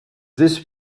this